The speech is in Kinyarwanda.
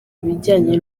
ibijyanye